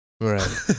right